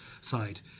side